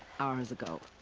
hours ago.